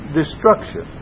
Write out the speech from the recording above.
destruction